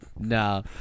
No